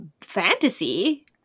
fantasy